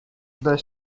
the